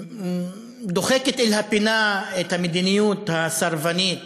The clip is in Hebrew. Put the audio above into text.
דוחקת אל הפינה את המדיניות הסרבנית